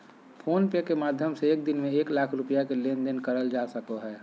phone पे के माध्यम से एक दिन में एक लाख रुपया के लेन देन करल जा सको हय